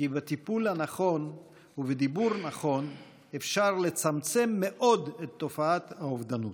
כי בטיפול נכון ובדיבור נכון אפשר לצמצם מאוד את תופעת האובדנות,